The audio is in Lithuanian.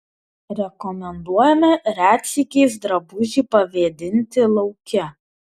rekomenduojame retsykiais drabužį pavėdinti lauke